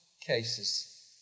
cases